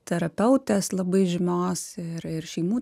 terapeutės labai žymios ir ir šeimų